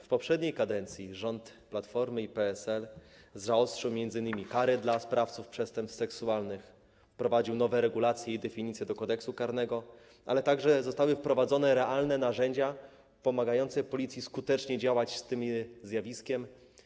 W poprzedniej kadencji rząd Platformy i PSL zaostrzył m.in. kary dla sprawców przestępstw seksualnych, wdrożył nowe regulacje i definicje do Kodeksu karnego, ale także zostały wówczas wprowadzone realne narzędzia pomagające policji skutecznie walczyć z tym zjawiskiem.